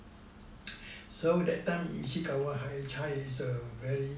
so that time ishikawa is a very